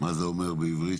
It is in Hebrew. מה זה אומר בעברית?